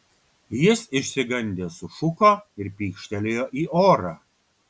jis išsigandęs sušuko ir pykštelėjo į orą